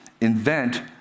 invent